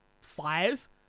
five